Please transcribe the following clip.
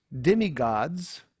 demigods